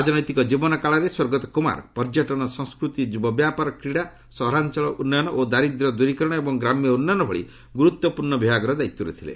ରାଜନୈତିକ ଜୀବନକାଳରେ ସ୍ୱର୍ଗତ କୁମାର ପର୍ଯ୍ୟଟନ ସଂସ୍କୃତି ଯୁବବ୍ୟାପାର କ୍ରୀଡ଼ା ସହରାଞ୍ଚଳ ଉନ୍ନୟନ ଓ ଦାରିଦ୍ର୍ୟ ଦୂରୀକରଣ ଏବଂ ଗ୍ରାମ୍ୟ ଉନ୍ନୟନ ଭଳି ଗୁରୁତ୍ୱପୂର୍ଣ୍ଣ ବିଭାଗର ଦାୟିତ୍ୱରେ ଥିଲେ